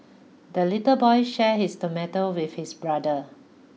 the little boy shared his tomato with his brother